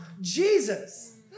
Jesus